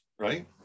right